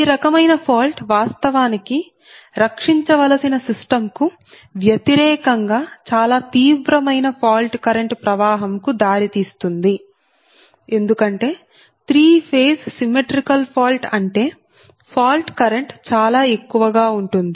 ఈ రకమైన ఫాల్ట్ వాస్తవానికి రక్షించవలసిన సిస్టంకు వ్యతిరేకంగా చాలా తీవ్రమైన ఫాల్ట్ కరెంట్ ప్రవాహంకు దారి తీస్తుంది ఎందుకంటే త్రీ ఫేజ్ సిమ్మెట్రీకల్ ఫాల్ట్ అంటే ఫాల్ట్ కరెంట్ చాలా ఎక్కువగా ఉంటుంది